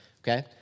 Okay